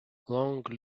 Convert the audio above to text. long